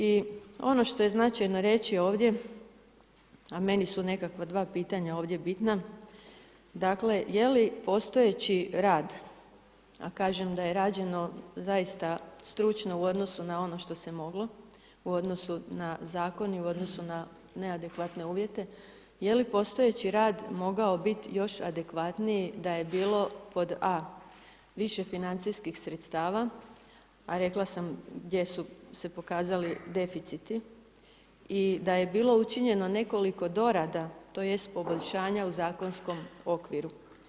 I ono što je značajno reći ovdje a meni su nekakva dva pitanja ovdje bitna, dakle, je li postojeći rad a kažem da je rađeno zaista stručno u odnosu na ono što se moglo u odnosu na zakon i u odnosu na neadekvatne uvjete, je li postojeći rad mogao biti još adekvatniji da je bilo pod a) više financijskih sredstava, a rekla sam gdje su se pokazali deficiti i da je bilo učinjeno nekoliko dorada, tj. poboljšanja u zakonskom okviru.